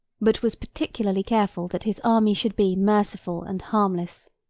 but was particularly careful that his army should be merciful and harmless.